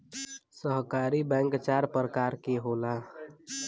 सहकारी बैंक चार परकार के होला